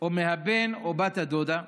או מבן או בת הדודה,